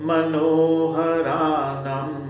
Manoharanam